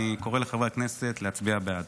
אני קורא לחברי הכנסת להצביע בעד.